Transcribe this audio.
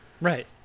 Right